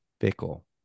Fickle